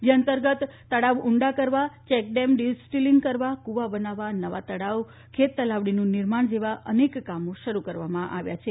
જે અંતર્ગત તળાવ ઊંડા કરવા ચેકડેમ ડિસિલ્ટિંગ ક્રવા બનાવવા નવા તળાવ ખેતતલાવડીનું નિર્માણ જેવા અનેક કામો શરૂ કરવામાં આવ્યા છે